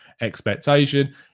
expectation